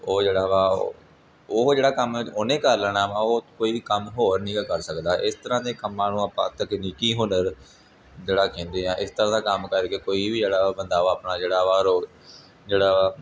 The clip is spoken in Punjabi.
ਉਹ ਜਿਹੜਾ ਵਾ ਉਹ ਜਿਹੜਾ ਕੰਮ ਉਹਨੇ ਕਰ ਲੈਣਾ ਵਾ ਉਹ ਕੋਈ ਵੀ ਕੰਮ ਹੋਰ ਨਹੀਂ ਹੈਗਾ ਕਰ ਸਕਦਾ ਇਸ ਤਰ੍ਹਾਂ ਦੇ ਕੰਮਾਂ ਨੂੰ ਆਪਾਂ ਤਕਨੀਕੀ ਹੁਨਰ ਜਿਹੜਾ ਕਹਿੰਦੇ ਹਾਂ ਇਸ ਤਰ੍ਹਾਂ ਦਾ ਕੰਮ ਕਰਕੇ ਕੋਈ ਵੀ ਜਿਹੜਾ ਵਾ ਬੰਦਾ ਵਾ ਆਪਣਾ ਜਿਹੜਾ ਵਾ ਰੋਜ਼ ਜਿਹੜਾ ਵਾ